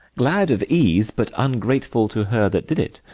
glad of ease, but ungrateful to her that did it,